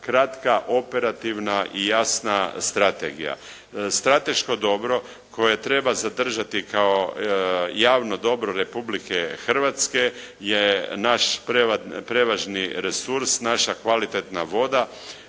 kratka, operativna i jasna strategija. Strateško dobro koje treba zadržati kao javno dobro Republike Hrvatske je naš prevažni resurs, naša kvalitetna voda